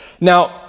Now